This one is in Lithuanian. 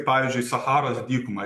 pavyzdžiui sacharos dykumą